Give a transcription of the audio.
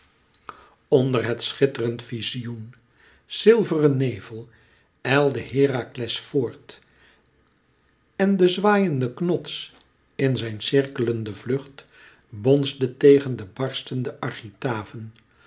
onder het schitterend vizioen zilveren nevel ijlde herakles voort en de zwaaiende knots in zijn cirkelenden vlucht bonsde tegen de barstende architraven